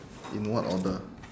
in what order